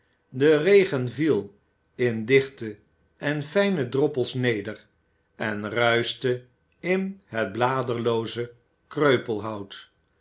de regen viel in dichte en fijne droppels neder en ruischte in het bladerloze kreupelhout